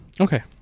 Okay